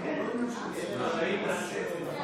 לא היא ולא הצוות שלה, דבר